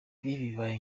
bibaye